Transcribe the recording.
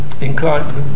inclined